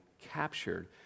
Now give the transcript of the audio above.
captured